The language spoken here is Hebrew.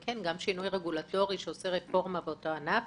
כן, גם שינוי רגולטורי שעושה רפורמה באותו ענף